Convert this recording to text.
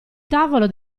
tavolo